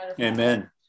Amen